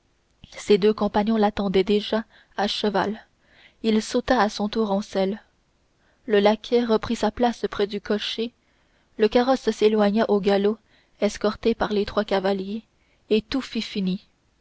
ses deux compagnons l'attendaient déjà à cheval il sauta à son tour en selle le laquais reprit sa place près du cocher le carrosse s'éloigna au galop escorté par les trois cavaliers et tout fut fini